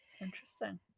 Interesting